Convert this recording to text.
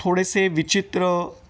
थोडेसे विचित्र